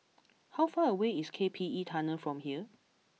how far away is K P E Tunnel from here